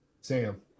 sam